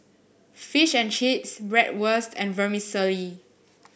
Fish and Chips Bratwurst and Vermicelli